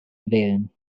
wählen